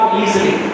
easily